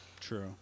True